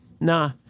nah